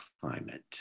climate